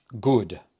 Good